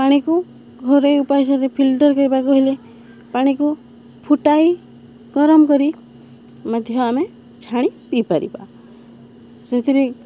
ପାଣିକୁ ଘରୋଇ ଫିଲ୍ଟର କେ ହେଲେ ପାଣିକୁ ଫୁଟାଇ ଗରମ କରି ମଧ୍ୟ ଆମେ ଛାଣି ପିଇପାରିବା ସେଥିରେ